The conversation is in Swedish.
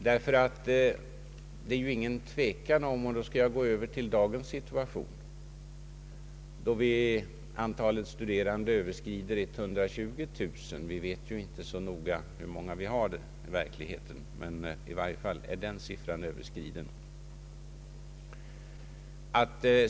Det råder nämligen ingen tvekan om att situationen blivit förvärrad vid våra universitet och högskolor i dagens läge då antalet studerande överstiger 120 000 — det exakta antalet vet vi inte, men siffran 120000 är i varje fall överskriden.